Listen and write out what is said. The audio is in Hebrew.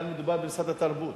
כאן מדובר במשרד התרבות.